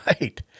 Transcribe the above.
right